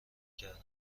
کرده